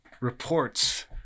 reports